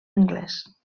anglés